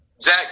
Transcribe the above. Zach